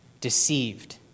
deceived